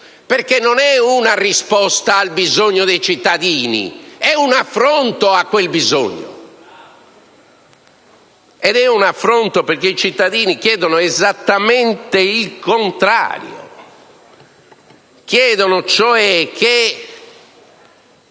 perché non è una risposta al bisogno dei cittadini, ma è un affronto a quel bisogno. Ed è un affronto perché i cittadini chiedono esattamente il contrario alla politica,